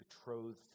betrothed